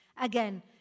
Again